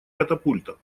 катапульта